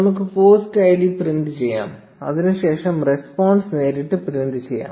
നമുക്ക് post ID print ചെയ്യാം അതിനുശേഷം റെസ്പോൺസ് നേരിട്ട് പ്രിന്റ് ചെയ്യാം